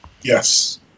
Yes